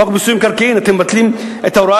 חוק מיסוי מקרקעין אתם מבטלים את ההוראה